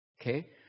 Okay